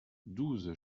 douze